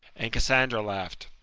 and cassandra laugh'd.